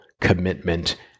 commitment